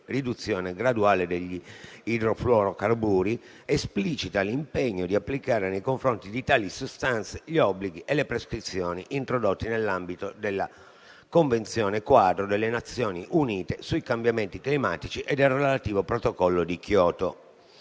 di riduzione graduale degli idrofluorocarburi, esplicita l'impegno ad applicare nei confronti di tali sostanze gli obblighi e le prescrizioni introdotti nell'ambito della Convenzione quadro delle Nazioni Unite sui cambiamenti climatici e del relativo Protocollo di Kyoto.